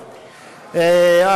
תודה.